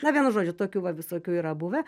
na vienu žodžiu tokių va visokių yra buvę